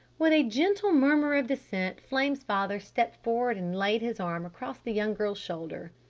with a gentle murmur of dissent, flame's father stepped forward and laid his arm across the young girl's shoulder.